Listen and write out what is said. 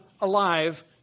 alive